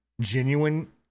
genuine